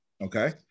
okay